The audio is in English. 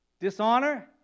dishonor